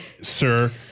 sir